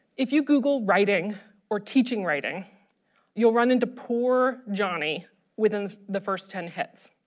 if you google writing or teaching writing you'll run into poor johnny within the first ten hits.